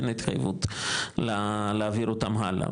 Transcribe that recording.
אין התחייבות להעביר אותם הלאה,